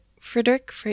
Friedrich